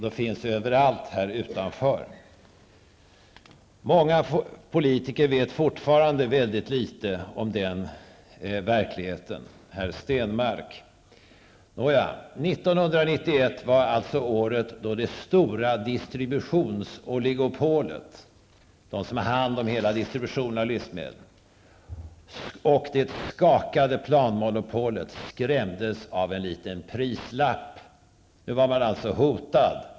De finns överallt här utanför. Många politiker vet fortfarande väldigt litet om den verkligheten, herr Stenmarck. Nåja, 1991 var alltså året då det stora distributionsoligopolet -- de som har hand om hela distributionen av livsmedel -- och det skakade planmonopolet skrämdes av en liten prislapp. Nu var man alltså hotad.